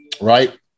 right